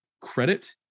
credit